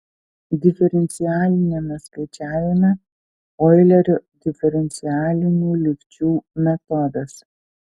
diferencialiniame skaičiavime oilerio diferencialinių lygčių metodas